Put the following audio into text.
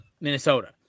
Minnesota